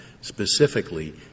specifically